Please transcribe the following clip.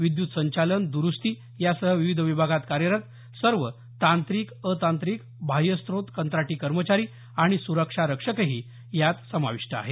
विद्युत संचालन द्रुस्ती यासह विविध विभागात कार्यरत सर्व तांत्रिक अतांत्रिक बाह्यस्रोत कंत्राटी कर्मचारी आणि सुरक्षा रक्षकही यात समाविष्ट आहेत